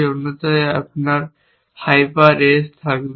অন্যথায় আপনার হাইপার এজ থাকবে